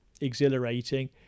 exhilarating